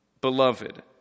beloved